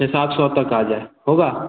छः सात सौ तक आ जाए होगा